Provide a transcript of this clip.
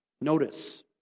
Notice